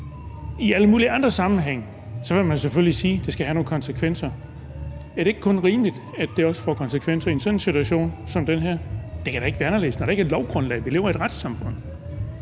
I alle mulige andre sammenhænge ville man selvfølgelig sige, at det skulle have nogle konsekvenser. Er det ikke kun rimeligt, at det også får konsekvenser i en sådan situation som den her? Det kan da ikke være anderledes, når der ikke var et lovgrundlag og vi lever i et retssamfund.